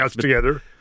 together